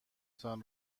تان